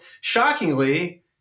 shockingly